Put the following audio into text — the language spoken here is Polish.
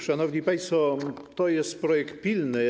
Szanowni państwo, to jest projekt pilny.